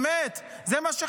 נו באמת, זה מה שחשוב?